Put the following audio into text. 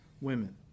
women